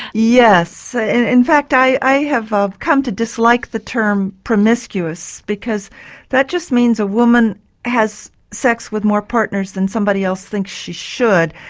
yes, ah in fact i have come to dislike the term promiscuous because that just means a woman has sex with more partners than somebody else thinks she should.